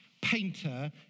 painter